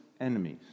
enemies